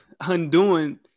undoing